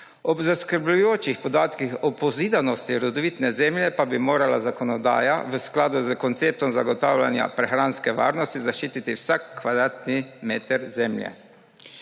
Ob zaskrbljujočih podatkih o pozidanosti rodovitne zemlje pa bi morala zakonodaja v skladu s konceptom zagotavljanja prehranske varnosti zaščititi vsak kvadratni meter zemlje.